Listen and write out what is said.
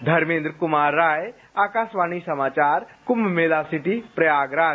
धर्मेन्द्र कुमार राय आकाशवाणी समाचार कुंभमेला सिटी प्रयागराज